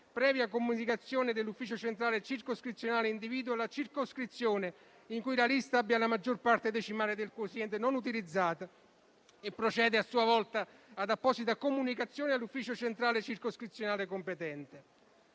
previa comunicazione dell'ufficio centrale circoscrizionale, individua la circoscrizione in cui la lista abbia la maggior parte decimale del quoziente non utilizzata e procede a sua volta ad apposita comunicazione all'ufficio centrale circoscrizionale competente.